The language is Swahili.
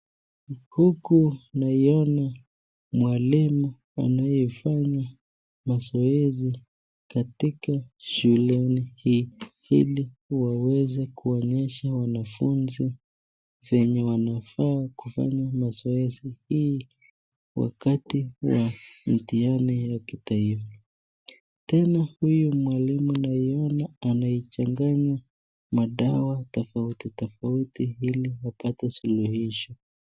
Huku naona mwalimu anayefanya mazoezi katika shuleni hii, ili waweze kuonyesha wanafunzi venye wanafaa kufanya mazoezi, ili wapate mtihani wa kitaifa, tena huyu mwalimu naiona anachamganya madawa tofautitofauti ili wapate suluhisho.